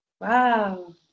Wow